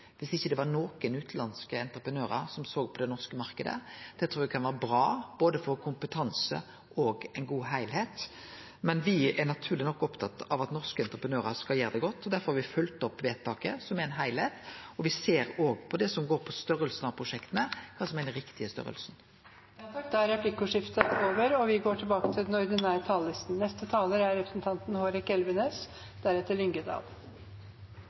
det ikkje var nokon utanlandske entreprenørar som såg på den norske marknaden. Det trur eg kan vere bra for både kompetanse og ein god heilskap. Men me er naturleg nok opptatt av at norske entreprenørar skal gjere det godt. Derfor har me følgt opp vedtaket, som er ein heilskap, og me ser òg på det som går på størrelsen på prosjekta, kva som er den riktige størrelsen. Da er replikkordskiftet over. De talerne som heretter får ordet, har også en taletid på inntil 3 minutter. Først vil jeg nesten anbefale representanten